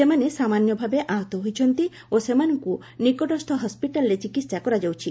ସେମାନେ ସାମାନ୍ୟ ଭାବେ ଆହତ ହୋଇଛନ୍ତି ଓ ସେମାନଙ୍କୁ ନିକଟସ୍ଥ ହସ୍ୱିଟାଲ୍ରେ ଚିକିତ୍ସା କରାଯାଉଛି